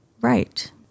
right